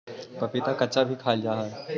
पपीता कच्चा भी खाईल जा हाई हई